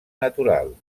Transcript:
natural